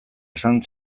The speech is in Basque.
esan